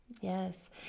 Yes